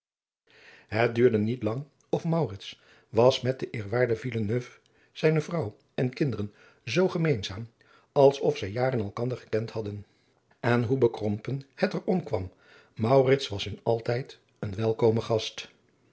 het duurde niet lang of maurits was met den eerwaarden villeneuve zijne vrouw en kinderen zoo gemeenzaam als of zij jaren elkander gekend hadden en hoe bekrompen het er omkwam maurits was hun altijd een welkome gast